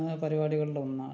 പരുപാടികളിലൊന്നാണ്